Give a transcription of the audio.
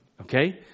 Okay